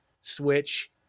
switch